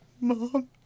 Mom